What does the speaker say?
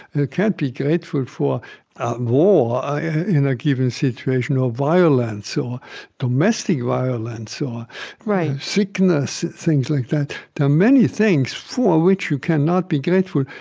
ah can't be grateful for war in a given situation, or violence or domestic violence or sickness, things like that. there are many things for which you cannot be grateful.